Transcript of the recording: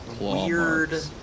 weird